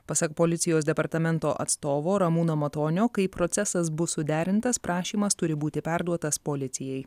pasak policijos departamento atstovo ramūno matonio kai procesas bus suderintas prašymas turi būti perduotas policijai